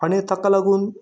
आनी ताका लागून